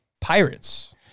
Pirates